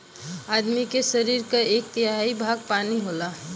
आदमी के सरीर क एक तिहाई हिस्सा पानी होला